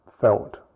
felt